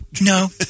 No